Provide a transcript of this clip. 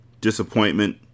Disappointment